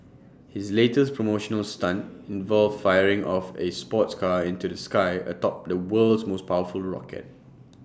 his latest promotional stunt involved firing off A sports car into the sky atop the world's most powerful rocket